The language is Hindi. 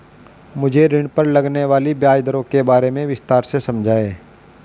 मुझे ऋण पर लगने वाली ब्याज दरों के बारे में विस्तार से समझाएं